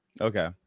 okay